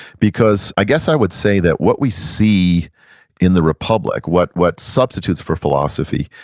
because i guess i would say that what we see in the republic, what what substitutes for philosophy,